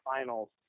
finals